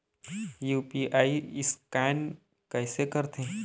UPI scan कइसे करथे?